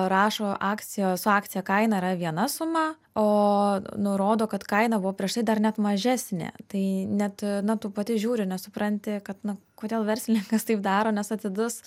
rašo akcijos su akcija kaina yra viena suma o nurodo kad kaina buvo prieš tai dar net mažesnė tai net na tu pati žiūri nesupranti kad na kodėl verslininkas taip daro nes atidus